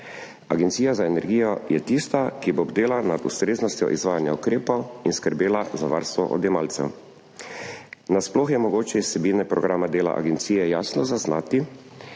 Agencija za energijo je tista, ki bo bdela nad ustreznostjo izvajanja ukrepov in skrbela za varstvo odjemalcev. Nasploh je mogoče iz vsebine programa dela agencije jasno zaznati,